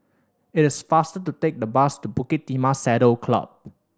it is faster to take the bus to Bukit Timah Saddle Club